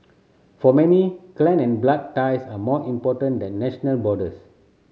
for many clan and blood ties are more important than national borders